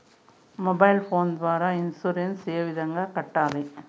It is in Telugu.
మొబైల్ ఫోను ద్వారా ఇన్సూరెన్సు ఏ విధంగా కట్టాలి